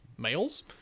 males